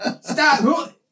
stop